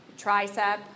Tricep